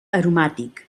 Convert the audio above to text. aromàtic